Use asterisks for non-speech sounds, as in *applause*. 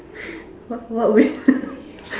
what what will you *laughs*